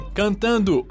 cantando